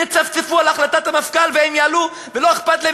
יצפצפו על החלטת המפכ"ל והם יעלו ולא אכפת להם?